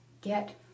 get